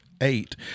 eight